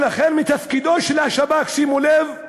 ולכן מתפקידו של השב"כ" שימו לב,